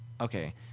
okay